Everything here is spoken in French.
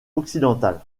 occidentale